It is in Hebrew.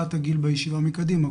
הגבלת הגיל בישיבה מקדימה.